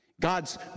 God's